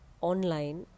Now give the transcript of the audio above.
online